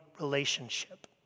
relationship